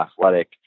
athletic